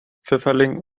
pfifferling